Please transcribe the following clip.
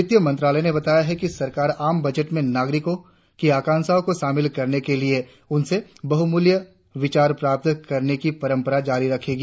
वित्त मंत्रालय ने बताया है कि सरकार आम बजट में नागरिकों की आकांक्षाओं को शामिल करने के लिए उनसे बहुमूल्य विचार प्राप्त करने की परंपरा जारी रखेगी